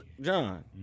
John